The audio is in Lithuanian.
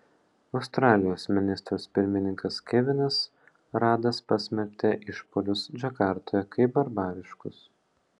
australijos ministras pirmininkas kevinas radas pasmerkė išpuolius džakartoje kaip barbariškus